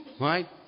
Right